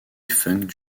funk